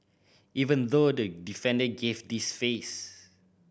even though the defender gave this face